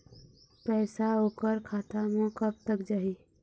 पैसा ओकर खाता म कब तक जाही?